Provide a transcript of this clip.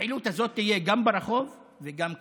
הפעילות הזאת תהיה גם ברחוב וגם כאן.